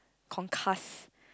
concuss